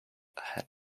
had